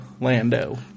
Lando